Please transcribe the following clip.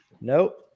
Nope